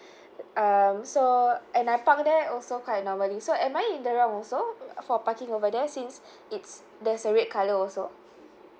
um so and I park there also quite normally so am I in the wrong also for parking over there since it's there's a red colour also